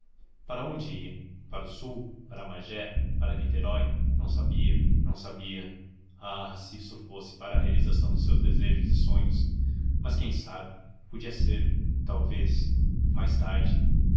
para onde ia para o sul para magé para niterói não sabia não sabia ah se isso fosse para realização dos seus desejos e sonhos mas quem sabe podia ser talvez mais tarde